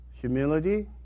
Humility